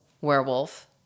werewolf